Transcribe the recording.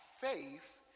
faith